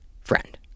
friend